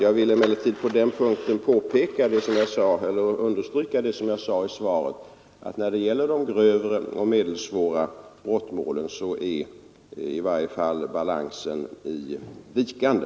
Jag vill emellertid på denna punkt understryka mitt uttalande i svaret att balansen i varje fall när det gäller de grövre och medelsvåra brottmålen är vikande.